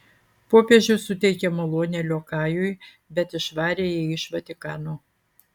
popiežius suteikė malonę liokajui bet išvarė jį iš vatikano